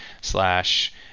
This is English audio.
slash